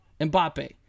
Mbappe